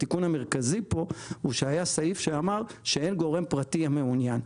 התיקון המרכזי פה הוא שהיה סעיף שאמר שאין גורם פרטי המעוניין,